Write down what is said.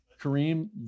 Kareem